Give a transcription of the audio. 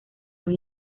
los